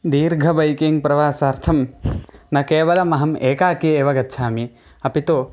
दीर्घ बैकिङ्ग् प्रवासार्थं न केवलमहम् एकाकी एव गच्छामि अपि तु